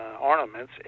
ornaments